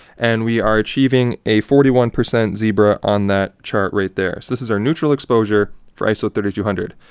and, we are achieving a forty one percent zebra on that chart right there. so, this is our neutral exposure for iso three thousand two hundred.